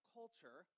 culture –